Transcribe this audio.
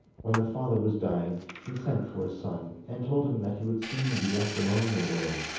when the father was dying, he sent for his son and told him that he would soon be left alone in the world,